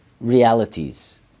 realities